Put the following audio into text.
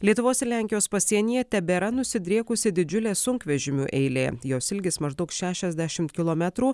lietuvos ir lenkijos pasienyje tebėra nusidriekusi didžiulė sunkvežimių eilė jos ilgis maždaug šešiasdešimt kilometrų